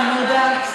תודה רבה.